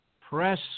press